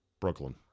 Brooklyn